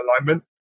alignment